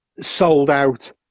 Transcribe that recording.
sold-out